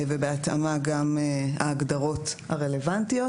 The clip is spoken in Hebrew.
ובהתאמה גם ההגדרות הרלוונטיות,